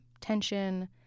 tension